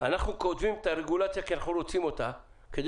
אנחנו כותבים את הרגולציה כי אנחנו רוצים אותה כדי